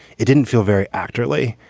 it didn't feel very accurately.